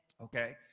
Okay